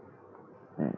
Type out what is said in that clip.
mm